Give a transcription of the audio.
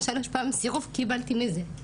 שלוש פעמים סירוב קיבלתי מזה,